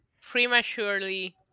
prematurely